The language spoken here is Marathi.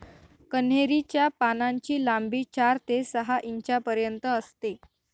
कन्हेरी च्या पानांची लांबी चार ते सहा इंचापर्यंत असते